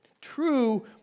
true